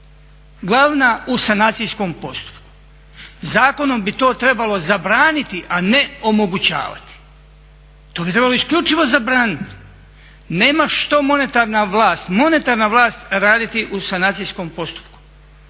glavna u sanacijskom postupku. Zakonom bi to trebalo zabraniti, a ne omogućavati. To bi trebalo isključivo zabraniti. Nema što monetarna vlast, monetarna vlast raditi u sanacijskom postupku,